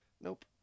Nope